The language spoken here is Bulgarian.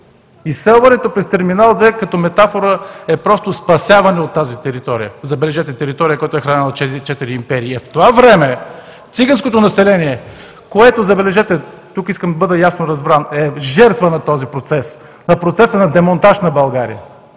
Изселването през терминал 2, като метафора, е просто спасяване от тази територия, забележете – територия, която е хранела четири империи! В това време циганското население, което забележете, тук искам да бъда ясно разбран, е жертва на този процес, на процеса на демонтаж на България…